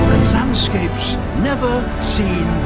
landscapes never seen